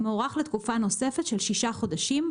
מוארך לתקופה נוספת של שישה חודשים,